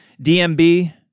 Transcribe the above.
DMB